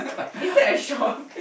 is that a shock